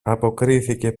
αποκρίθηκε